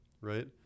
right